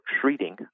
treating